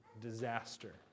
disaster